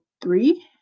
three